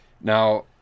now